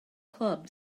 clubs